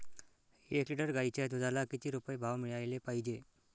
एक लिटर गाईच्या दुधाला किती रुपये भाव मिळायले पाहिजे?